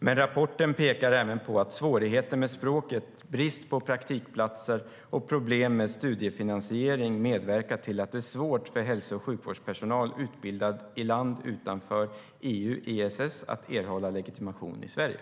Men rapporten pekar även på att svårigheter med språket, brist på praktikplatser och problem med studiefinansiering medverkar till att det är svårt för hälso och sjukvårdspersonal utbildad i land utanför EU/EES att erhålla legitimation i Sverige.